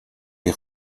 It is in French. les